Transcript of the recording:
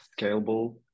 scalable